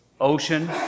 ocean